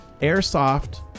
Airsoft